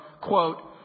quote